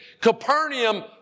Capernaum